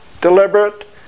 deliberate